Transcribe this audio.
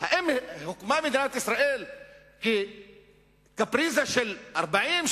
האם הוקמה מדינת ישראל כקפריזה של 40,